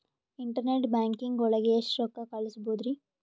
Internet banking ಒಳಗೆ ಎಷ್ಟ್ ರೊಕ್ಕ ಕಲ್ಸ್ಬೋದ್ ರಿ?